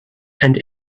and